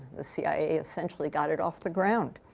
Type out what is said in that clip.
the cia essentially got it off the ground.